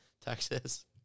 Texas